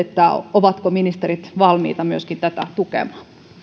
ovatko ministerit valmiita myöskin tätä tukemaan